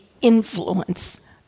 influence